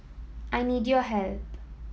I need your help